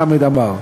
חמד עמאר.